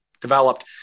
developed